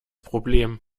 problem